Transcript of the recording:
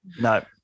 no